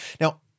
Now